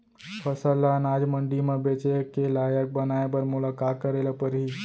फसल ल अनाज मंडी म बेचे के लायक बनाय बर मोला का करे ल परही?